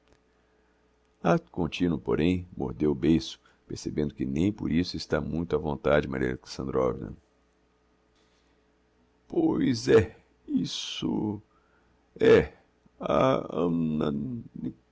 continuo porém mordeu o beiço percebendo que nem por isso está muito á vontade maria alexandrovna pois é isso é a anna